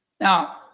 now